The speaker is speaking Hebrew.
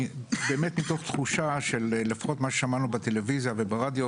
מתוך תחושה לפחות ממה ששמענו בטלוויזיה וברדיו